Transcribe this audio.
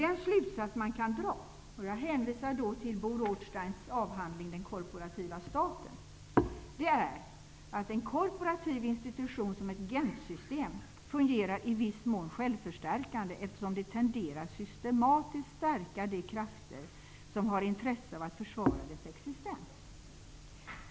Den slutsats man kan dra -- och jag hänvisar då till Bo Rothsteins avhandling Den korporativa staten -- är att en korporativ institution som ett Gentsystem fungerar i viss mån självförstärkande, eftersom det tenderar att systematiskt stärka de krafter som har intresse av att försvara dess existens.